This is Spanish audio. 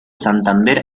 santander